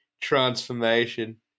transformation